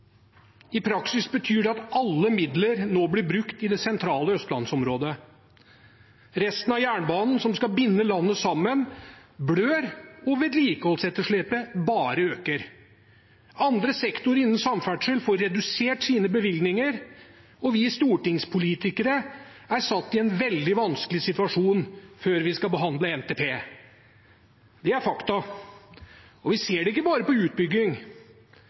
I praksis betyr det at alle midler nå blir brukt i det sentrale Østlands-området. Resten av jernbanen som skal binde landet sammen, blør, og vedlikeholdsetterslepet bare øker. Andre sektorer innen samferdsel får redusert sine bevilgninger, og vi stortingspolitikere er satt i en veldig vanskelig situasjon før vi skal behandle NTP. Det er fakta. Vi ser det ikke bare på utbygging.